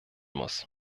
muss